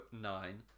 nine